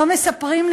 לא מספרים,